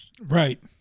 Right